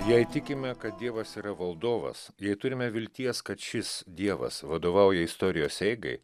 jei tikime kad dievas yra valdovas jei turime vilties kad šis dievas vadovauja istorijos eigai